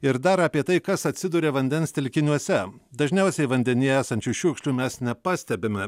ir dar apie tai kas atsiduria vandens telkiniuose dažniausiai vandenyje esančių šiukšlių mes nepastebime